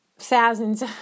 Thousands